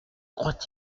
croit